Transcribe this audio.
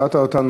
הפתעת אותנו.